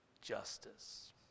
justice